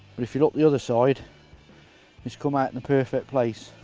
but if you look the other side just come out in the perfect place.